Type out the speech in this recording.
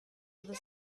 other